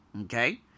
Okay